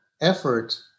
effort